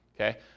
Okay